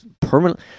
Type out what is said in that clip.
permanent